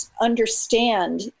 understand